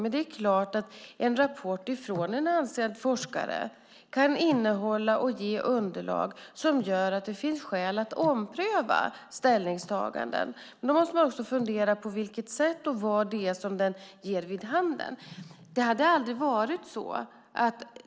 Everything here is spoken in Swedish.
Men det är klart att en rapport från en ansedd forskare kan ge underlag som gör att det finns skäl att ompröva ställningstaganden. Då måste man också fundera över på vilket sätt det ska ske och vad rapporten ger vid handen.